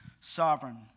sovereign